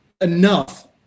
enough